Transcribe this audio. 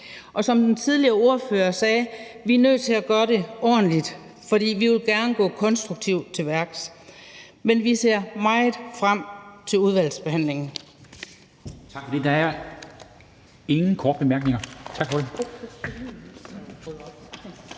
Og som den tidligere ordfører sagde: Vi er nødt til at gøre det ordentligt, for vi vil gerne gå konstruktivt til værks. Men vi ser meget frem til udvalgsbehandlingen.